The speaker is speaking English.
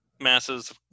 masses